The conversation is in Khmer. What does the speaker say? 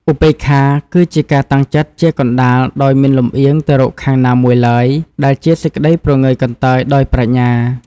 ឧបេក្ខា គឺជាការតាំងចិត្តជាកណ្តាល ដោយមិនលំអៀងទៅរកខាងណាមួយឡើយ ដែលជាសេចក្តីព្រងើយកន្តើយដោយប្រាជ្ញា។